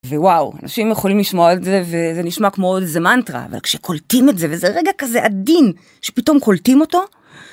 וואו, אנשים יכולים לשמוע את זה, וזה נשמע כמו עוד איזה מנטרה, אבל כשקולטים את זה, וזה רגע כזה עדין, שפתאום קולטים אותו...